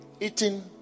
eating